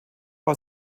war